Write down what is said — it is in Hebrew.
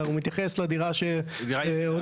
הוא מתייחס לדירה --- דירה יחידה.